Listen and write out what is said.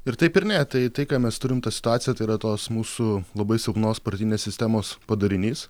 ir taip ir ne tai tai ką mes turim tą situaciją tai yra tos mūsų labai silpnos partinės sistemos padarinys